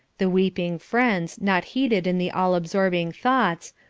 the weeping friends, not heeded in the all-absorbing thoughts,